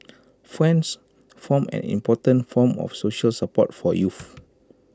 friends form an important form of social support for youths